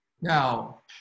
Now